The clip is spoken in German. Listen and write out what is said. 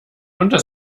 unter